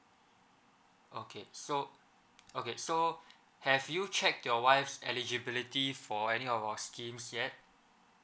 okay so okay so have you checked your wife's eligibility for any of our schemes yet